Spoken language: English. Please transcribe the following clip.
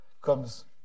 comes